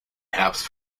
herbst